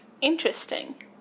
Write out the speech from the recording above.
Interesting